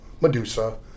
Medusa